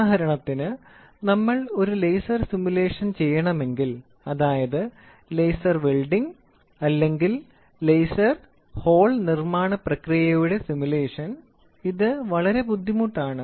ഉദാഹരണത്തിന് നമ്മൾക്ക് ഒരു ലേസർ സിമുലേഷൻ ചെയ്യണമെങ്കിൽ അതായത് ലേസർ വെൽഡിംഗ് അല്ലെങ്കിൽ ലേസർ ഹോൾ നിർമ്മാണ പ്രക്രിയയുടെ സിമുലേഷൻ ഇത് വളരെ ബുദ്ധിമുട്ടാണ്